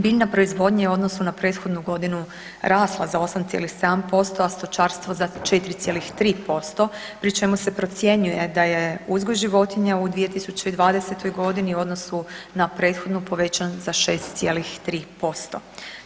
Bilja proizvodnja je u odnosu na prethodnu godinu rasla za 8,7% a stočarstvo za 4,3% pri čemu se procjenjuje da je uzgoj životinja u 2020. g. u odnosu na prethodnu, povećan za 6,3%